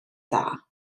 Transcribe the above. dda